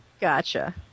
Gotcha